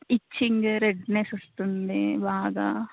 itching redness వస్తుంది బాగా